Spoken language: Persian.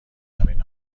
همین